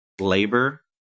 labor